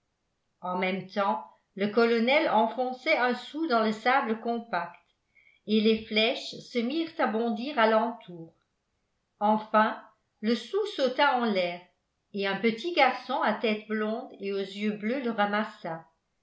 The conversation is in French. en même temps le colonel enfonçait un sou dans le sable compact et les flèches se mirent à bondir alentour enfin le sou sauta en l'air et un petit garçon à tête blonde et aux yeux bleus le ramassa